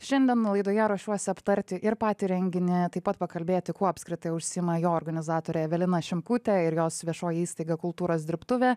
šiandien laidoje ruošiuosi aptarti ir patį renginį taip pat pakalbėti kuo apskritai užsiima jo organizatorė evelina šimkutė ir jos viešoji įstaiga kultūros dirbtuvė